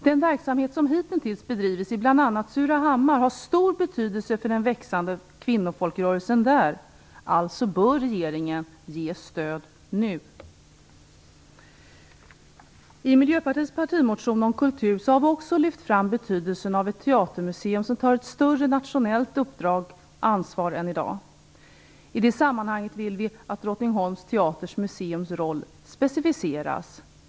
Den verksamhet som hitintills bedrivits i bl.a. Surahammar har stor betydelse för den växande kvinnofolkrörelsen där, alltså bör regeringen ge stöd nu. I Miljöpartiets partimotion om kultur har vi också lyft fram betydelsen av ett teatermuseum som tar ett större nationellt ansvar än i dag. I det sammanhanget vill vi att Drottningholms teatermuseums roll specificeras.